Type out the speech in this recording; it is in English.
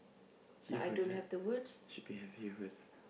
see first right should be have here first